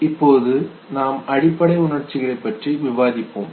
இப்போது நாம் அடிப்படை உணர்ச்சிகளை பற்றி விவாதிப்போம்